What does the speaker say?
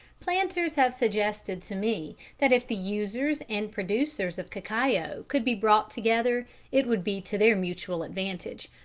planters have suggested to me that if the users and producers of cacao could be brought together it would be to their mutual advantage.